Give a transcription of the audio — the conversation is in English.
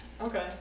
Okay